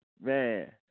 Man